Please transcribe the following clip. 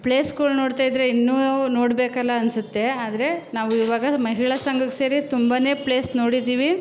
ಪ್ಲೇಸ್ಗಳು ನೋಡ್ತಾಯಿದ್ರೆ ಇನ್ನೂ ನೋಡ್ಬೇಕಲ್ಲ ಅನ್ನಿಸುತ್ತೆ ಆದರೆ ನಾವಿವಾಗ ಮಹಿಳಾ ಸಂಘಕ್ಕೆ ಸೇರಿ ತುಂಬನೇ ಪ್ಲೇಸ್ ನೋಡಿದ್ದೀವಿ